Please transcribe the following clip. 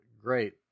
great